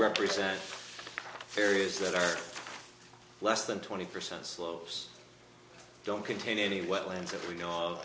represent areas that are less than twenty percent slopes don't contain any wetlands that we know